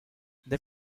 they